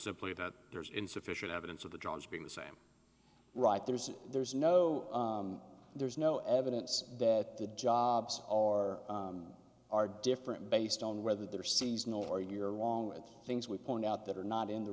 simply that there's insufficient evidence of the drugs being the same right there is that there's no there's no evidence that the jobs are are different based on whether they're seasonal or you're wrong with things we point out that are not in the